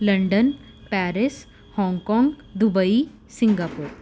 London Paris Hong Kong Dubai Singapore